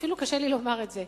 אפילו קשה לי לומר את זה,